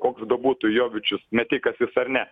koks bebūtų jovičius metikas jis ar ne